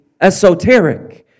esoteric